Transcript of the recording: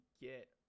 get